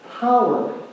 power